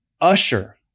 usher